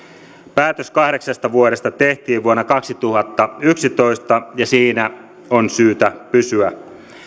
päätös kahdeksasta vuodesta tehtiin vuonna kaksituhattayksitoista ja siinä on syytä pysyä